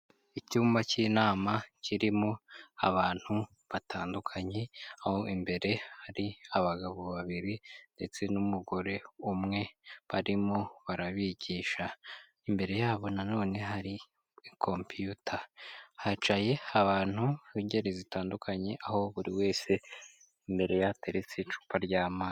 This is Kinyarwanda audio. Icyumba cy'inama kirimo abantu batandukanye, aho imbere hari abagabo babiri ndetse n'umugore umwe barimo barabigisha, imbere yabo na none hari kompiyuta, hicaye abantu b'ingeri zitandukanye aho buri wese imbere ye hateretse icupa ry'ama...